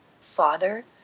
Father